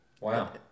wow